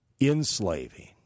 enslaving